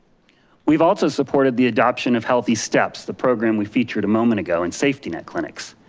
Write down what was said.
we've also supported the adoption of healthysteps the program we featured a moment ago in safety net clinics.